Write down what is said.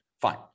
fine